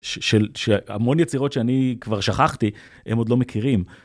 שהמון יצירות שאני כבר שכחתי, הם עוד לא מכירים.